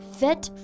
fit